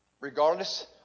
regardless